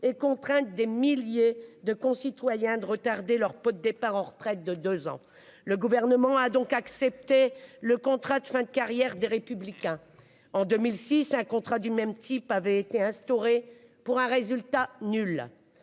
et contraindre des milliers de concitoyens à retarder leur pot de départ à la retraite de deux ans. Le Gouvernement a donc accepté le contrat de fin de carrière des Républicains. En 2006, un contrat du même type avait été instauré, pour un résultat nul.